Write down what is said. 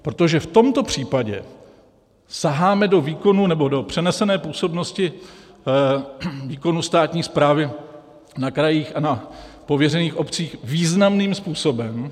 Protože v tomto případě saháme do výkonu nebo do přenesené působnosti výkonu státní správy na krajích a na pověřených obcích významným způsobem.